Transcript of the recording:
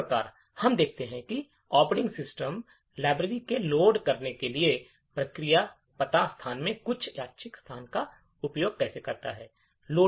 इस प्रकार हम देखते हैं कि ऑपरेटिंग सिस्टम लाइब्रेरी को लोड करने के लिए प्रक्रिया पता स्थान में कुछ यादृच्छिक स्थान का उपयोग कैसे करता है